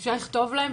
אפשר לכתוב להם,